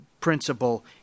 principle